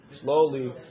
slowly